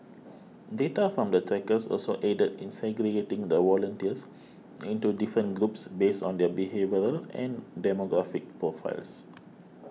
data from the trackers also aided in segregating the volunteers into different groups based on their behavioural and demographic profiles